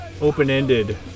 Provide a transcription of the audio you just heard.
open-ended